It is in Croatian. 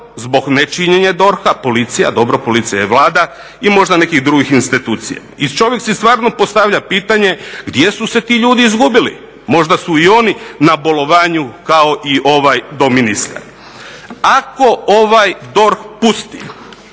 Zbog nečinjenja DORH-a policija, dobro policije i Vlada i možda nekih drugih institucija. I čovjek si stvarno postavlja pitanje gdje su se ti ljudi izgubili, možda su i oni na bolovanju kao i ovaj doministar. Ako ovaj DORH pusti